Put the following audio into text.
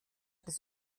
des